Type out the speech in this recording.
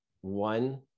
one